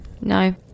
No